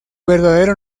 verdadero